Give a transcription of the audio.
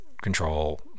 control